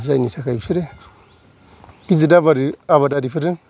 जायनि थाखाय बिसोरो गिदिर आबारि आबादारिफोरजों